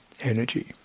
energy